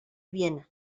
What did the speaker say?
viena